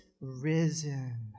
risen